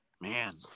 man